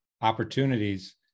opportunities